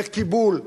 בקיבול.